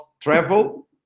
travel